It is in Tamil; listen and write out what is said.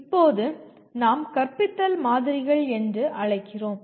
இப்போது நாம் கற்பித்தல் மாதிரிகள் என்று அழைக்கிறோம்